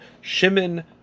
Shimon